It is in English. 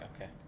Okay